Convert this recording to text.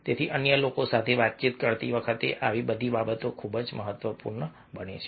તેથી અન્ય લોકો સાથે વાતચીત કરતી વખતે આવી બધી બાબતો ખૂબ જ મહત્વપૂર્ણ છે